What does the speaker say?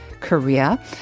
Korea